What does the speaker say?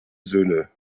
söhne